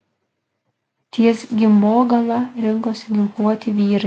ties gimbogala rinkosi ginkluoti vyrai